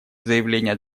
заявления